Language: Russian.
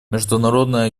международное